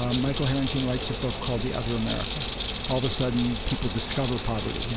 um michael harrington writes a book called the other america. all of a sudden people discover poverty. you know,